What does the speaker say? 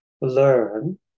learn